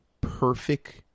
perfect